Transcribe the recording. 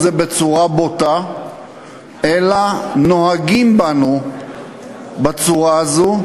זה בצורה בוטה אלא נוהגים בנו בצורה הזאת.